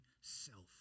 self